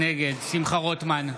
נגד שמחה רוטמן,